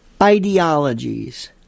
ideologies